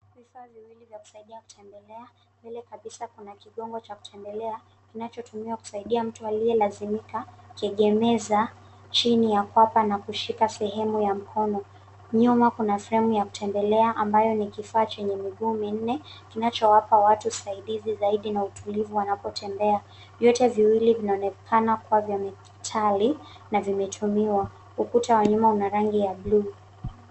Vifaa viwili vya kusaidia kutembelea. Mbele kabisa kuna kigongo cha kutembelea kinachotumia kusaidia mtu aliyelazimika kuegemeza chini ya kwapa na kushika sehemu ya mkono. Nyuma kuna sehemu ya kutembelea ambayo ni kifaa chenye miguu minne kinachowapa watu usaidizi zaidi na utulivu wanapotembea. Vyote viwili vinaonekana kuwa vya metali na vimetumiwa. Ukuta wa nyuma una rangi ya blue .